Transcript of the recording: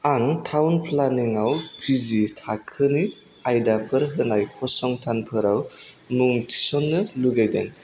आं थावन प्लानिंआव पि जि थाखोनि आयदाफोर होनाय फसंथानफोराव मुं थिसननो लुबैदों